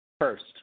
First